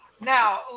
Now